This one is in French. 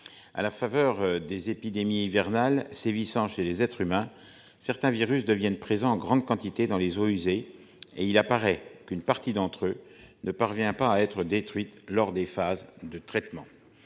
À la faveur des épidémies hivernales sévissant chez les être s'humains certains virus deviennent présent en grande quantité dans les eaux usées et il apparaît qu'une partie d'entre eux ne parvient pas à être détruite lors des phases de traitement.